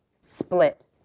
split